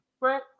right